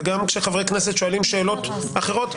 וגם כשחברי כנסת שואלים שאלות אחרות,